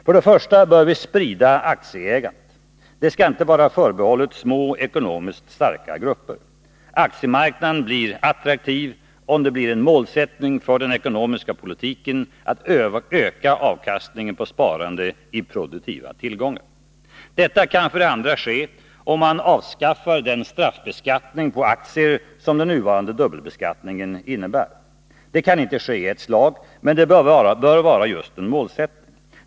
För det första bör vi sprida aktieägandet. Det skall inte vara förbehållet små, ekonomiskt starka grupper. Aktiemarknaden blir attraktiv om det blir en målsättning för den ekonomiska politiken att öka avkastningen på sparande i produktiva tillgångar. Detta kan för det andra ske om man avskaffar den straffbeskattning på aktier som den nuvarande dubbelbeskattningen innebär. Det kan inte ske i ett slag, men det bör vara just en målsättning.